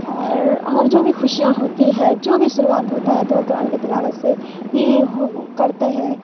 اور اور جو بھی خوشیاں ہوتی ہے جو بھی شروعات ہوتا ہے تو وہ قرآن کی تلاوت سے ہی کرتے ہیں